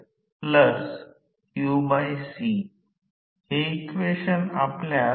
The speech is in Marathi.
म्हणून r2वजा करतात 'मग r2 जोडतात'